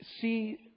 see